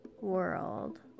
world